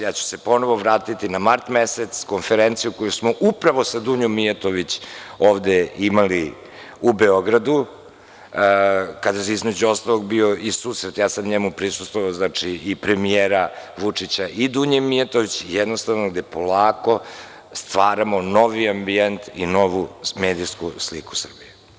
Ja ću se ponovo vratiti na mart mesec, Konferenciju koju smo upravo sa Dunjom Mijatović ovde imali u Beogradu, kada je između ostalog bio i susret, ja sam njemu prisustvovao, znači, i premijera Vučića i Dunje Mijatović, i jednostavno, gde polako stvaramo novi ambijent i novu medijsku sliku Srbije.